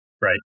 right